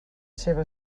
seva